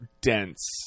dense